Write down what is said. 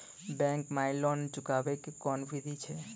Bank माई loan चुकाबे के कोन बिधि छै?